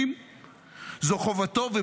זו חובתו לציבור המשרתים.